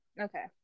Okay